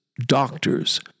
doctors